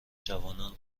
جوان